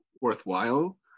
worthwhile